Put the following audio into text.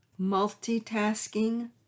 multitasking